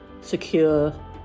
secure